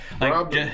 Rob